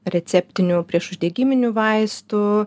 receptinių priešuždegiminių vaistų